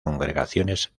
congregaciones